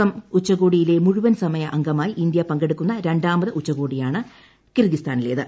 M ഉച്ചകോടിയിലെ മുഴുവൻ സമയ അംഗമായി ഇന്തൃ പങ്കെടുക്കുന്ന രണ്ടാമത് ഉച്ചകോടിയാണ് കിർഗിസ്ഥാനിലേത്